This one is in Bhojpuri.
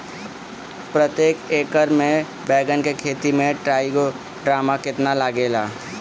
प्रतेक एकर मे बैगन के खेती मे ट्राईकोद्रमा कितना लागेला?